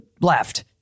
left